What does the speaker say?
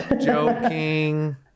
joking